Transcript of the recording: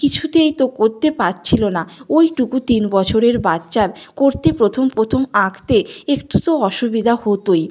কিছুতেই তো করতে পারছিল না ওইটুকু তিন বছরের বাচ্চার করতে প্রথম প্রথম আঁকতে একটু তো অসুবিধা হতোই